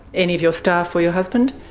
any of your staff or your husband?